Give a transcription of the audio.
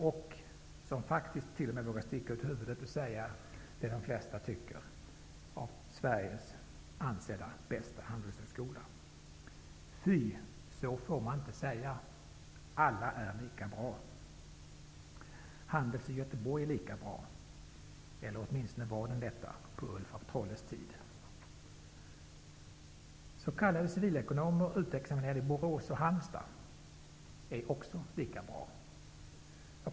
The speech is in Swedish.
Där vågar man t.o.m. sticka ut huvudet och säga vad de flesta tycker, nämligen att det är Sveriges bästa och mest ansedda handelshögskola. Fy! -- så får man inte säga. Alla är lika bra. Handelshögskolan i Göteborg är lika bra, eller åtminstone var den detta på Ulf af Trolles tid. Halmstad är också lika bra.